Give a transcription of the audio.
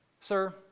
sir